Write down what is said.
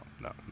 no